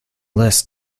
list